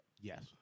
Yes